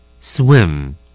Swim